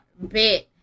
Bet